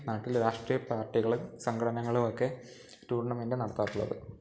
നാട്ടിലെ രാഷ്ട്രീയ പാർട്ടികളും സംഘടനകളുമൊക്കെ ടൂർണമെൻ്റ് നടത്താറുള്ളത്